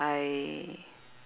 I